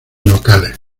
locales